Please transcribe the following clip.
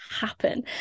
happen